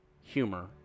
humor